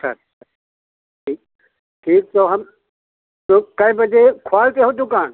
अच्छा अच्छा तो ठीक तो हम कितने बजे खोलते हो दुकान